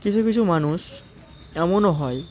কিছু কিছু মানুষ এমনও হয়